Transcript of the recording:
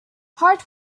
hart